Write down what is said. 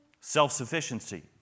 Self-sufficiency